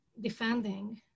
defending